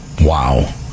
Wow